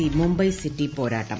C Mumbai City പോരാട്ടം